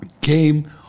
came